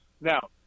now